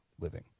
living